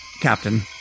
Captain